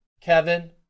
kevin